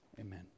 amen